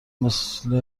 مثل